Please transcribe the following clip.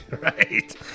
Right